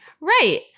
Right